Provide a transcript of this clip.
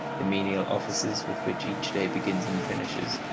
the menial offices with which each day begins and finishes,